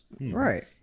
Right